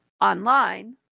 online